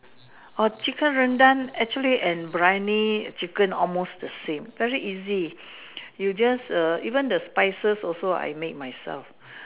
orh chicken Rendang actually and Biryani chicken almost the same very easy you just err even the spices also I make myself